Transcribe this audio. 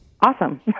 awesome